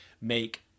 make